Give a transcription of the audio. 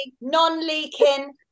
non-leaking